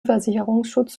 versicherungsschutz